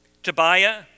Tobiah